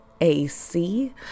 AC